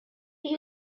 are